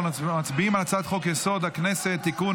אנחנו מצביעים על הצעת חוק-יסוד: הכנסת (תיקון,